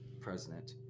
President